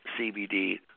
CBD